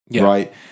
right